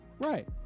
right